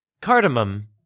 Cardamom